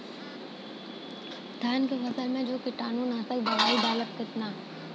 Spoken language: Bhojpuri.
धान के फसल मे जो कीटानु नाशक दवाई डालब कितना?